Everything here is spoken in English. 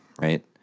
right